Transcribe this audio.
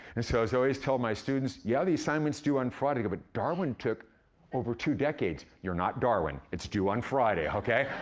and so, as i always tell my students, yeah, the assignment's due on friday. they go, but darwin took over two decades. you're not darwin it's due on friday, okay?